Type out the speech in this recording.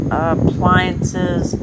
appliances